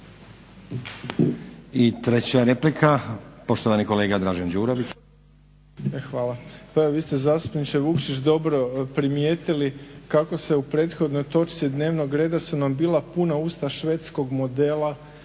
I treća replika poštovani kolega Dražen Đurović. **Đurović, Dražen (HDSSB)** Hvala. Pa vi ste zastupniče Vukšić dobro primijetili kako se u prethodnoj točki dnevnog reda su nam bila puna usta švedskog modela